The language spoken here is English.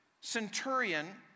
centurion